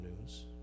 news